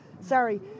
Sorry